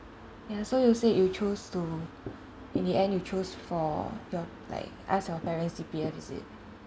ya so you said you chose to in the end you choose for your like ask your parents' C_P_F is it